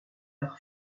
leur